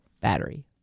battery